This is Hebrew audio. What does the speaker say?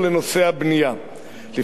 לפני שלוש שנים וחצי,